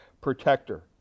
protector